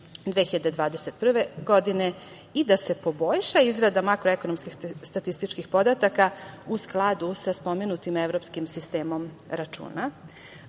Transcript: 2021. godine, i da se poboljša izrada makroekonomskih statističkih podataka u skladu sa spomenutim Evropskim sistemom računa. Ono